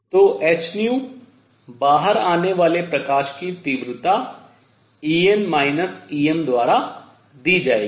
तो hν बाहर आने वाले प्रकाश की आवृत्ति En Em द्वारा दी जाएगी